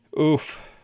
Oof